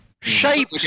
Shape